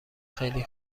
خیلی